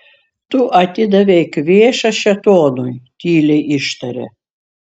tu atidavei kvėšą šėtonui tyliai ištarė